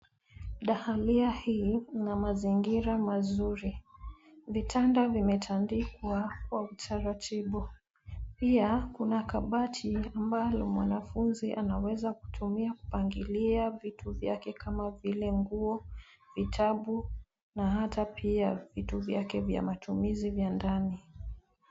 Dahalia hii ina mazingira mazuri. Vitanda vimetandikwa kwa utaratibu. Pia kuna kabati ambalo mwanafunzi anaweza kutumia kupangilia vitu vyake kama vile nguo, vitabu na hata pia vitu vyake vya matumizi vya ndani.